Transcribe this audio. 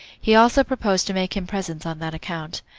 he also proposed to make him presents on that account.